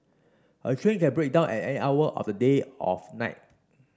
a train can break down at any hour of the day of night